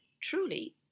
truly